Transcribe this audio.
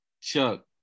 Chuck